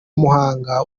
muhanga